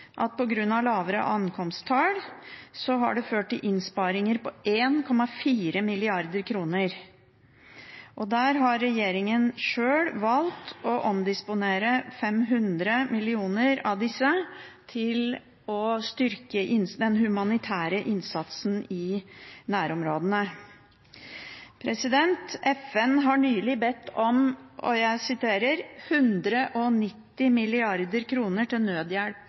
grunn av lavere ankomsttall har det ført til innsparinger på 1,4 mrd. kr. Regjeringen har sjøl valgt å omdisponere 500 mill. kr av disse midlene til å styrke den humanitære innsatsen i nærområdene. FN har nylig bedt om – som de sier – 190 mrd. kr til nødhjelp